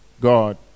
God